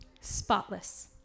spotless